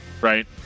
right